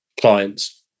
clients